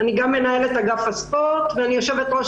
אני גם מנהלת אגף הספורט ואני יושבת-ראש